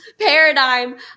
paradigm